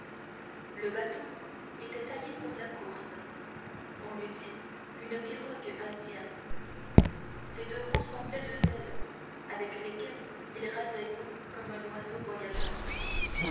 le bateau était taillé pour la course on eût dit une pirogue indienne ses deux roues semblaient deux ailes avec lesquelles il rasait l'eau comme un oiseau voyageur